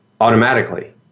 automatically